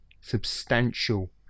substantial